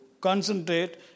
concentrate